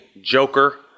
Joker